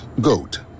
goat